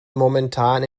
momentan